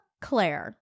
Claire